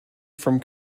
from